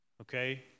okay